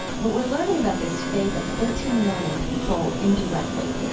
but we're learning about this faith of thirty million people indirectly,